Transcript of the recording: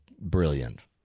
brilliant